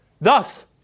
Thus